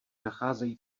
nacházejí